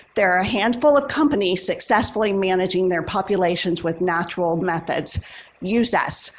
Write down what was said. there are a handful of companies successfully managing their populations with natural methods use us.